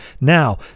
Now